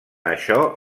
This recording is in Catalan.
això